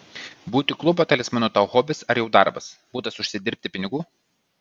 būti klubo talismanu tau hobis ar jau darbas būdas užsidirbti pinigų